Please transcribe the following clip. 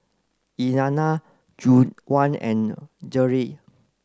Elliana Juwan and Jerrell